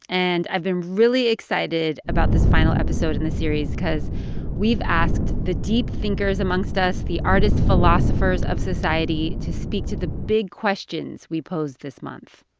and i've been really excited about this final episode in this series cause we've asked the deep thinkers amongst us the artists-philosophers of society to speak to the big questions we posed this month.